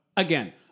Again